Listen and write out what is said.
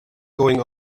going